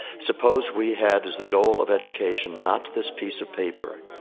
suppose we had as the goal of education not this piece of paper,